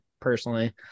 personally